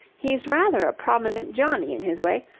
he's rather a prominent johnny in his way.